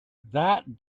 that